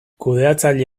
kudeatzaile